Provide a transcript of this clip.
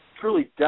truly